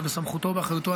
זה בסמכותו ובאחריותו,